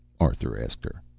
arthur asked her.